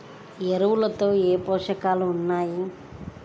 ఎరువులలో ఏ పోషకాలు ఉన్నాయి?